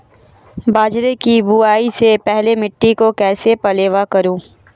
बाजरे की बुआई से पहले मिट्टी को कैसे पलेवा करूं?